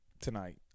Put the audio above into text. tonight